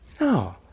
No